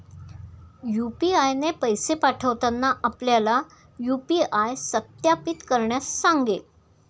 UPI ने पैसे पाठवताना आपल्याला यू.पी.आय सत्यापित करण्यास सांगेल